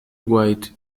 white